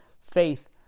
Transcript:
faith